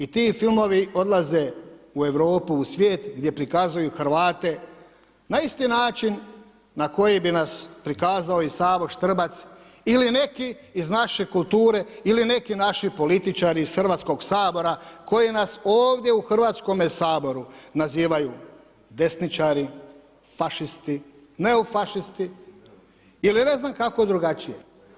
I ti filmovi odlaze u Europu, u svijet, gdje prikazuju Hrvate na isti način na koji bi nas prikazao i Savo Štrbac ili neki iz naše kulture ili neki naši političari iz Hrvatskog sabora koji nas ovdje u Hrvatskome saboru nazivaju desničari, fašisti, neofašisti ili ne znam kako drugačije.